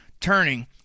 Turning